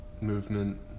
movement